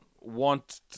want